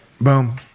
Boom